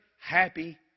happy